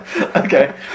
Okay